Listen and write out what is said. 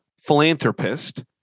philanthropist